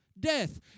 death